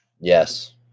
Yes